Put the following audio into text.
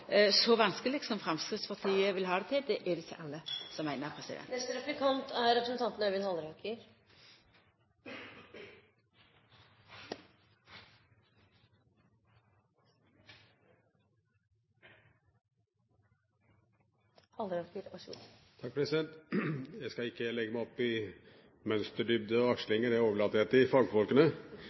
så vanskeleg som Framstegspartiet vil ha det til? Det er det ikkje alle som meiner. Jeg skal ikke legge meg opp i mønsterdybder og akslinger. Det overlater jeg til fagfolkene.